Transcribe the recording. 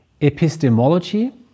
epistemology